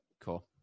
cool